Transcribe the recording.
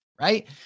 right